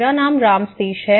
मेरा नाम राम सतीश है